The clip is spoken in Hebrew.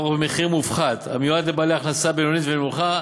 במחיר מופחת המיועד לבעלי הכנסה בינונית ונמוכה,